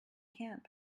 camp